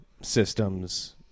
systems